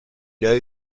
know